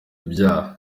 ibyaha